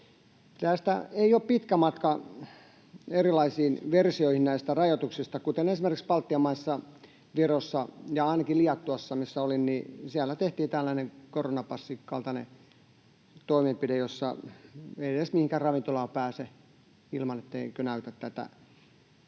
Tästä ei ole pitkä matka erilaisiin versioihin näistä rajoituksista. Esimerkiksi Baltian maissa, Virossa ja ainakin Liettuassa, missä olin, tehtiin tällainen koronapassin kaltainen toimenpide, jossa ei edes mihinkään ravintolaan pääse ilman, etteikö näytä tätä passia